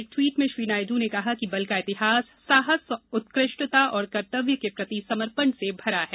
एक ट्वीट में श्री नायडू ने कहा कि बल का इतिहास साहसउत्कृष्टता और कर्तव्य के प्रति समर्पण से भरा है